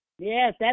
Yes